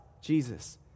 Jesus